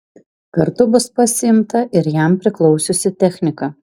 kartu bus pasiimta ir jam priklausiusi technika